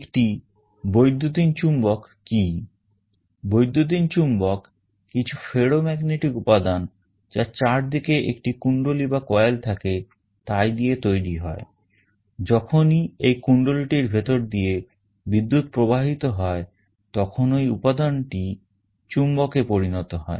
একটি বৈদ্যুতিন চুম্বক থাকে তাই দিয়ে তৈরি হয় যখনই এই কুণ্ডলী টির ভেতর দিয়ে বিদ্যুৎ প্রবাহিত হয় তখন ওই উপাদানটি চুম্বক এ পরিণত হয়